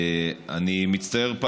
אני מצטער,